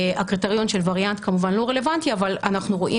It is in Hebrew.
הקריטריון של ווריאנט כמובן לא רלוונטי אבל אנחנו רואים